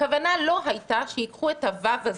הכוונה לא הייתה שייקחו את ה-ו"ו הזה,